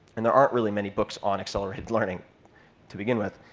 and there aren't really many books on accelerated learning to begin with.